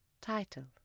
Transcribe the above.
Title